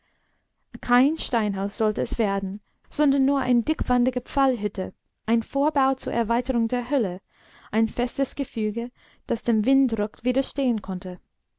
kein steinhaus sollte es werden sondern nur eine dickwandige pfahlhütte ein vorbau zur erweiterung der höhle ein festes gefüge das dem winddruck widerstehen konnte